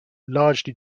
largely